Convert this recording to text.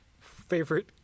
Favorite